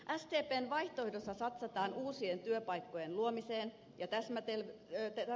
sdpn vaihtoehdossa satsataan uusien työpaikkojen luomiseen ja täsmäelvytykseen